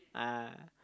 ah